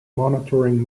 monitoring